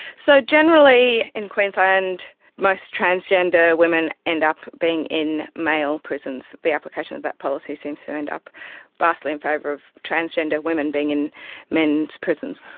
so, generally in queensland most transgender women end up being in male prisons. the application of that policy seems to end up vastly in favour of transgender women being in men's prisons.